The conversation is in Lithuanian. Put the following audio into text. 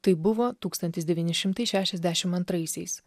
tai buvo tūkstantis devyni šimtai šešiasdešimt antraisiais